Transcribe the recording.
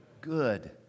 good